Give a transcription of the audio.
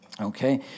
okay